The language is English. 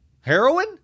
Heroin